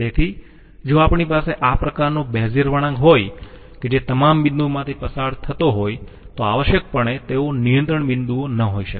તેથી જો આપણી પાસે આ પ્રકારનો બેઝીઅર વળાંક હોય કે જે તમામ બિંદુઓમાંથી પસાર થતો હોય તો આવશ્યકપણે તેઓ નિયંત્રણ બિંદુઓ ન હોઈ શકે